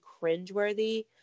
cringeworthy